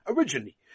Originally